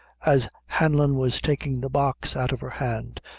as hanlon was taking the box out of her hand,